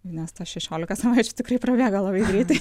nes tos šešiolika savaičių tikrai prabėga labai greitai